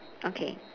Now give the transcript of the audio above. okay